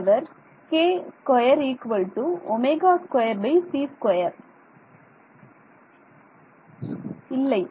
மாணவர் k2 ω2c2 இல்லை